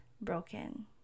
broken